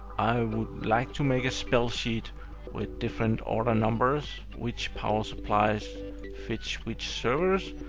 i would like to make a spell sheet with different order numbers, which power supplies fit which servers.